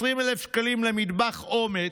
20,000 שקלים למטבח אומץ.